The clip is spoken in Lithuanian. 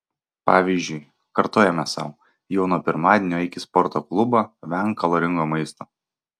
pavyzdžiui kartojame sau jau nuo pirmadienio eik į sporto klubą venk kaloringo maisto